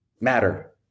matter